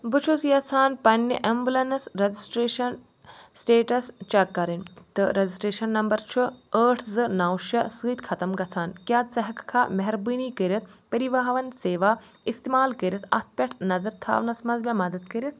بہٕ چھُس یژھان پننہِ ایٚمبولیٚنٕس رجسٹرٛیشن سٹیٹس چیٚک کرٕنۍ تہٕ رجسٹرٛیشن نمبر چھُ ٲٹھ زٕ نَو شےٚ سۭتۍ ختم گژھان کیٛاہ ژٕ ہیٚکہِ کھا مہربٲنی کٔرتھ پریٖواہن سیوا استعمال کٔرتھ اتھ پٮ۪ٹھ نظر تھاونَس منٛز مےٚ مدد کٔرتھ